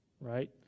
right